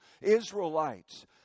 Israelites